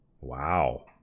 Wow